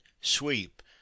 sweep